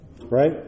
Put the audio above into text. right